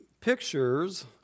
pictures